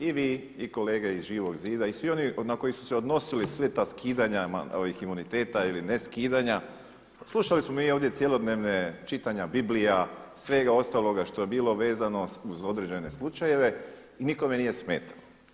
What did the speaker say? I vi i kolege iz Živog zida i svi oni na koje su se odnosili sve ta skidanja imuniteta ili ne skidanja, slušali smo cjelodnevne čitanja Biblija, svega ostaloga što je bilo vezano uz određene slučajeve i nikome nije smetalo.